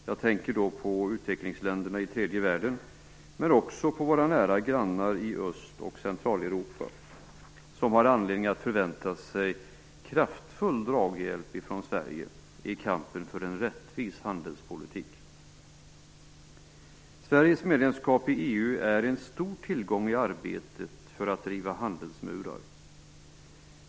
Jag tänker då på utvecklingsländerna i tredje världen, men också på våra nära grannar i Öst och Centraleuropa som har anledning att förvänta sig kraftfull draghjälp från Sverige i kampen för en rättvis handelspolitik. Sveriges medlemskap i EU är en stor tillgång i arbetet för att riva handelsmurar.